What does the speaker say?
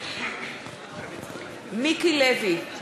מיקי לוי,